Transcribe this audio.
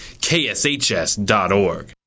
kshs.org